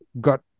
got